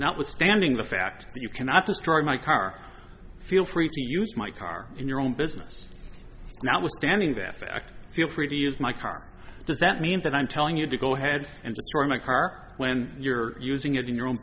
not withstanding the fact that you cannot destroy my car feel free to use my car in your own business now was standing that fact feel free to use my car does that mean that i'm telling you to go ahead and the store in my car when you're using it in your own